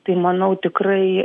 tai manau tikrai